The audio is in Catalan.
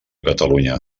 catalunya